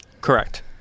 correct